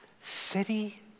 city